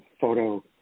photo